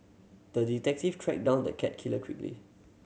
the detective tracked down the cat killer quickly